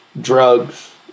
drugs